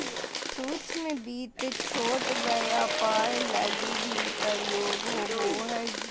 सूक्ष्म वित्त छोट व्यापार लगी भी प्रयोग होवो हय